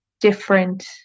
different